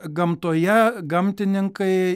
gamtoje gamtininkai